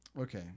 okay